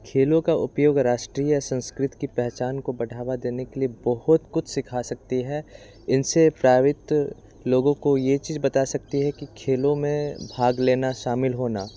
खेलों का उपयोग राष्ट्रीय संस्कृति की पहचान को बढ़ावा देने के लिए बहुत कुछ सीखा सकता है इनसे प्रावित लोगों को यह चीज़ बता सकती कि खेलों में भाग लेना शामिल होना